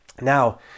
Now